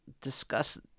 discuss